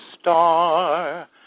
star